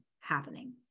happening